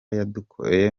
yadukoreye